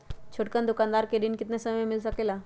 छोटकन दुकानदार के ऋण कितने समय मे मिल सकेला?